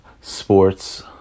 sports